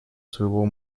своего